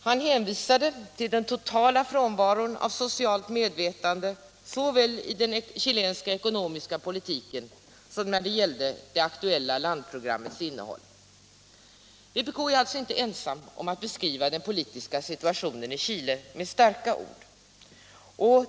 Han hänvisade till den totala frånvaron av socialt medvetande såväl i den chilenska ekonomiska politiken som när det gällde det aktuella landprogrammets innehåll. Vpk är alltså inte ensamt om att beskriva den politiska situationen i Chile med starka ord.